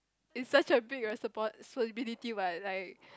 it's such a big a support so utility but like